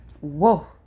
Whoa